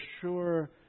sure